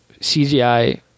cgi